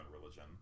religion